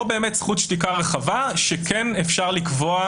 באמת זכות שתיקה רחבה שכן אפשר לקבוע